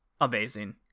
amazing